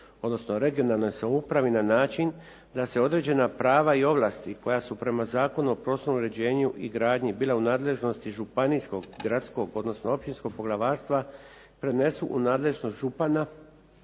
odnosno regionalnoj samoupravi na način da se određena prava i ovlasti koja su prema Zakonu o prostornom uređenju i gradnji bila u nadležnosti županijskog, gradskog, odnosno općinskog poglavarstva prenesu u nadležnost župana,